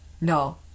no